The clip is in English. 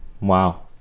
Wow